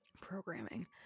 Programming